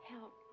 Help